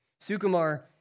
Sukumar